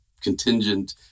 contingent